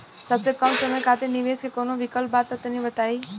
सबसे कम समय खातिर निवेश के कौनो विकल्प बा त तनि बताई?